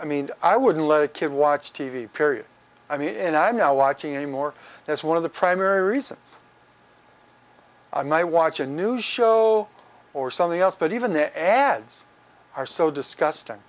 i mean i wouldn't let a kid watch t v period i mean and i'm now watching a more that's one of the primary reasons i might watch a new show or something else but even the ads are so disgusting